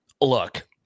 Look